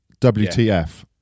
WTF